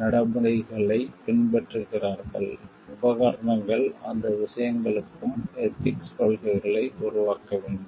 நடைமுறைகளைப் பின்பற்றுகிறார்கள் உபகரணங்கள் அந்த விஷயங்களுக்கும் எதிக்ஸ் கொள்கைகளை உருவாக்க வேண்டும்